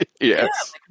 yes